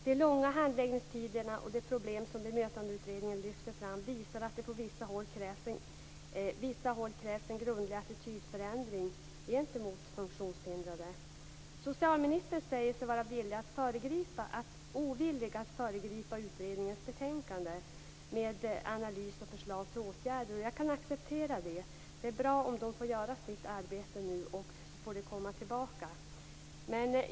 De långa handläggningstiderna och de problem som Bemötandeutredningen lyfter fram visar att det på vissa håll krävs en grundlig attitydförändring gentemot funktionshindrade. Socialministern säger sig vara ovillig att föregripa utredningens betänkande med analys och förslag till åtgärder, och jag kan acceptera det. Det är bra om den nu får göra sitt arbete och sedan får lägga fram sitt resultat.